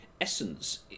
Essence